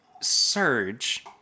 surge